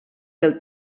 del